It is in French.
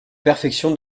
perfection